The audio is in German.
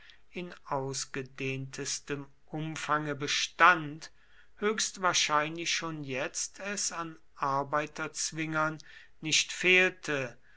in ausgedehntestem umfange bestand höchstwahrscheinlich schon jetzt es an arbeiterzwingern nicht fehlte